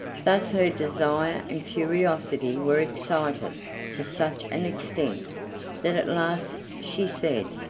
thus her desire and curiosity were excited to such an extent that at last she said